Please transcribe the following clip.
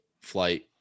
flight